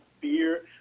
fear